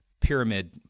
pyramid